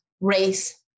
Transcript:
race